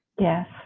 Yes